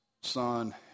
son